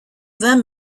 them